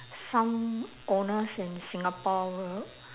some owners in singapore